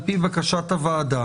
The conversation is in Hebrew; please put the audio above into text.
על פי בקשת הוועדה